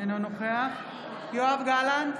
אינו נוכח יואב גלנט,